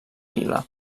vila